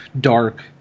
dark